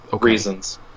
reasons